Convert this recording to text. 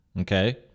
Okay